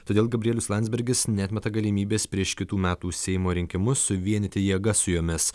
todėl gabrielius landsbergis neatmeta galimybės prieš kitų metų seimo rinkimus suvienyti jėgas su jomis